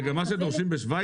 זה גם מה שדורשים בשוויץ?